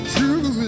True